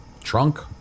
Trunk